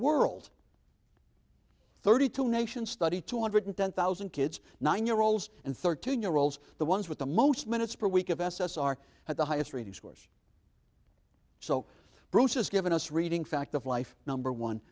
world thirty two nations study two hundred ten thousand kids nine year olds and thirteen year olds the ones with the most minutes per week of s s are at the highest rated scores so bruce has given us reading fact of life number one